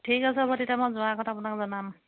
ঠিক আছে হ'ব তেতিয়া মই যোৱাৰ আগত আপোনাক জনাম